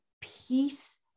peace